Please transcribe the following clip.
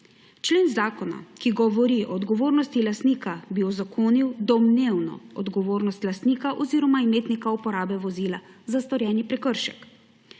Člen zakona, ki govori o odgovornosti lastnika, bi uzakonil domnevno odgovornost lastnika oziroma imetnika uporabe vozila za storjeni prekršek.